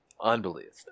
Unbelievable